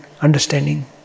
understanding